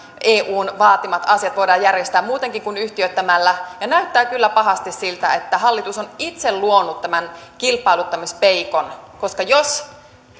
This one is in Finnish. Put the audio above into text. eun vaatimat asiat voidaan järjestää muutenkin kuin yhtiöittämällä ja näyttää kyllä pahasti siltä että hallitus on itse luonut tämän kilpailuttamispeikon koska jos